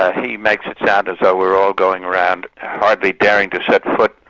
ah he makes it sound as though we're all going around hardly daring to set foot,